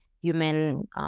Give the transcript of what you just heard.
human